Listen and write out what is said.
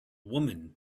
woman